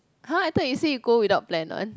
!huh! I thought you say you go without plan one